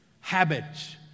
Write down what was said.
habits